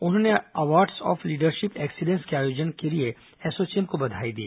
उन्होंने awards of leadership excellence के आयोजन के लिए एसोचौम को बधाई दी